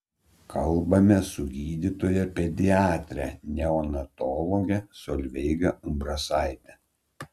kalbamės su gydytoja pediatre neonatologe solveiga umbrasaite